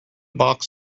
box